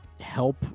help